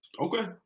okay